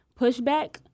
pushback